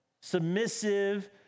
submissive